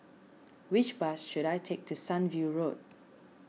which bus should I take to Sunview Road